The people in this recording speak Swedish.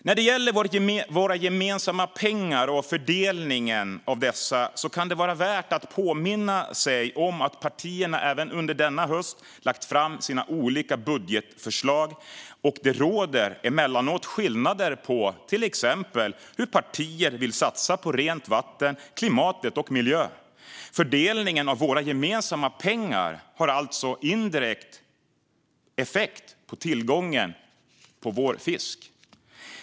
När det gäller våra gemensamma pengar och fördelningen av dessa kan det vara värt att påminna sig om att partierna även under denna höst har lagt fram sina olika budgetförslag. Det råder emellanåt skillnader på till exempel hur partier vill satsa på rent vatten, klimat och miljö. Fördelning av våra gemensamma pengar har alltså indirekt effekt på tillgången på vår fisk.